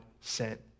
sent